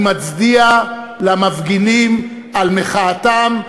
אני מצדיע למפגינים על מחאתם,